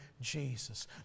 Jesus